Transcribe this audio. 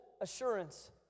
assurance